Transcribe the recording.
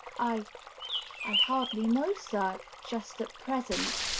i i hardly know, sir, just at present